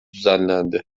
düzenlendi